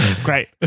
great